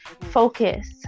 focus